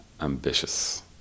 ambitious